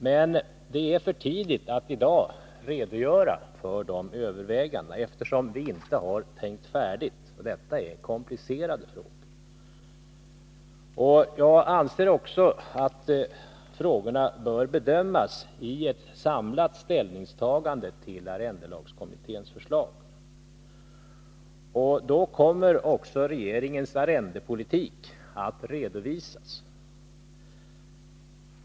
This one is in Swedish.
Men det är för tidigt att i dag redogöra för dessa överväganden, eftersom vi inte har tänkt färdigt och detta är komplicerade frågor. Jag anser också att frågorna bör bedömas i ett samlat ställningstagande till arrendelagskommitténs förslag. Då kommer också regeringens arrendepolitik att redovisas.